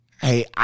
Hey